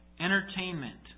entertainment